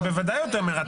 אתה בוודאי אומר,